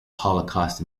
holocaust